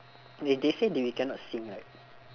they they say that we cannot sing right